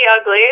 ugly